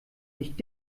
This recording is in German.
nicht